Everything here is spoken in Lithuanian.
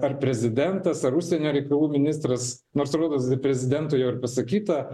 ar prezidentas ar užsienio reikalų ministras nors rodos ir prezidentui jau ir pasakyta